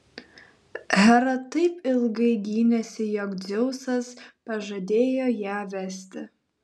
hera taip ilgai gynėsi jog dzeusas pažadėjo ją vesti